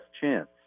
chance